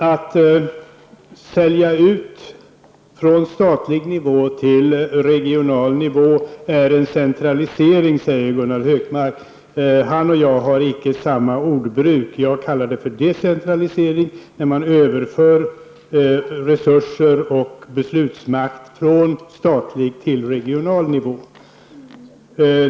Herr talman! Gunnar Hökmark säger att det är en centralisering att sälja ut från statlig nivå till regional nivå. Han och jag har icke samma språkbruk. Jag kallar det för decentralisering när man överför resurser och beslutsmakt från statlig till regional nivå.